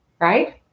right